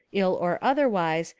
ill or otherwise,